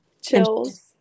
Chills